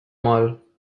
mal